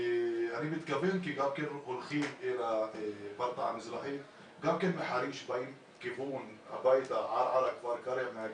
אנשים נוסעים לברטעא המזרחית וגם מחריש באים לכיוון ערערה וכפר ערה.